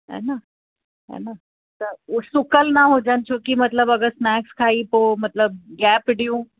है न है न त उहे सुकल न हुजनि छो कि मतलबु अगरि स्नैक्स खाई पोइ मतलबु गैप ॾियूं